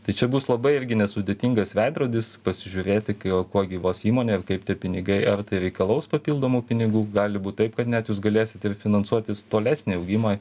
tai čia bus labai irgi nesudėtingas veidrodis pasižiūrėti kai o kuo gyvuos įmonė ir kaip tai pinigai ar tai reikalaus papildomų pinigų gali būt taip kad net jūs galėsit ir finansuotis tolesnį augimą